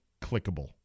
clickable